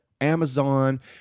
Amazon